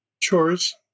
chores